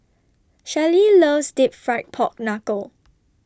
Shelly loves Deep Fried Pork Knuckle